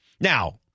Now